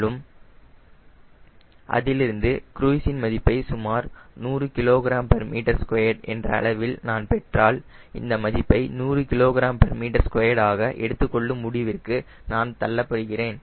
மேலும் அதிலிருந்து க்ருய்ஸ்ன் மதிப்பை சுமார் 100 kgm2 என்ற அளவில் நான் பெற்றால் இந்த மதிப்பை 100 kgm2 ஆக எடுத்துக்கொள்ளும் முடிவிற்கு நான் தள்ளப்படுகிறேன்